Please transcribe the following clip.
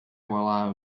while